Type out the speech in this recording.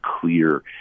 clear –